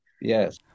Yes